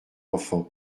enfant